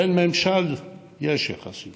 בין הממשלים יש יחסים